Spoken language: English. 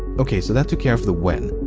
okay, so that took care of the when,